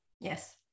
Yes